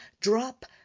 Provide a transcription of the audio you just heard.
drop